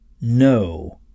no